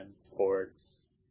Sports